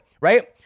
right